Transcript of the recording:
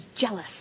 jealous